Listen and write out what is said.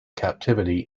captivity